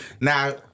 Now